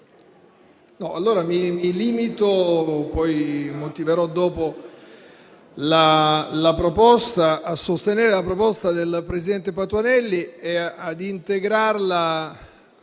mi limito a sostenere la proposta del presidente Patuanelli e ad integrarla